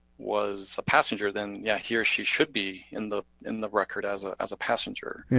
was a passenger, then yeah, he or she should be in the in the record as ah as a passenger. yeah.